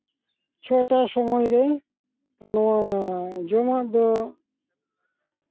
ᱪᱷᱚᱴᱟ ᱥᱚᱢᱚᱭ ᱨᱮ ᱱᱚᱣᱟ ᱡᱚᱢᱟᱜ ᱫᱚ